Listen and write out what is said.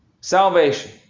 Salvation